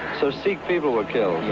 so sikh people were killed? yeah